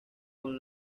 con